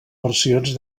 versions